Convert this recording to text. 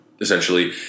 essentially